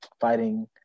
fighting